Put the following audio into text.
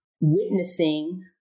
witnessing